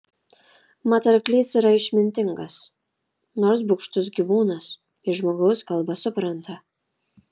mat arklys yra išmintingas nors bugštus gyvūnas ir žmogaus kalbą supranta